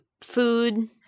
food